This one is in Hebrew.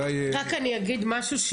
רק אני אגיד משהו,